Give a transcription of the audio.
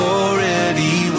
already